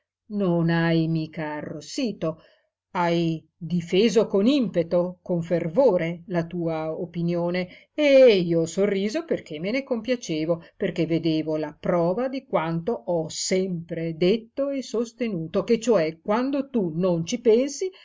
non hai mica arrossito hai difeso con impeto con fervore la tua opinione e io ho sorriso perché me ne compiacevo perché vedevo la prova di quanto ho sempre detto e sostenuto che cioè quando tu non ci pensi